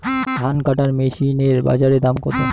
ধান কাটার মেশিন এর বাজারে দাম কতো?